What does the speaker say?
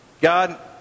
God